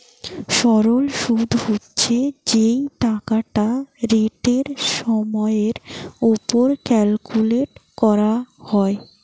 সরল শুদ হচ্ছে যেই টাকাটা রেটের সময়ের উপর ক্যালকুলেট করা হয়